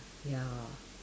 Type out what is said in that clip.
ya